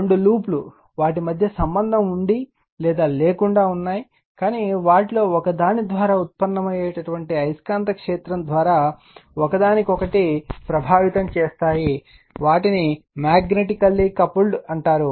రెండు లూప్ లు వాటి మధ్య సంబంధం ఉండి లేదా లేకుండా ఉన్నాయి కానీ వాటిలో ఒకదాని ద్వారా ఉత్పన్నమయ్యే అయస్కాంత క్షేత్రం ద్వారా ఒకదానికొకటి ప్రభావితం చేస్తాయి వాటిని మాగ్నెటికెల్లి కపుల్డ్ అంటారు